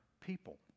people